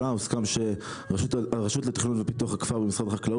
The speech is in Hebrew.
כבוד יושב הראש אני אתייחס בקצרה.